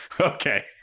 Okay